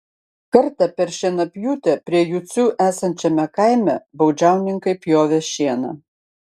kartą per šienapjūtę prie jucių esančiame kaime baudžiauninkai pjovė šieną